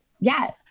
Yes